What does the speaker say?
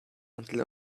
until